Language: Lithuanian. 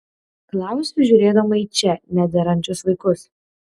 klausiu žiūrėdama į čia nederančius vaikus